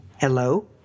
hello